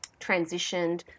transitioned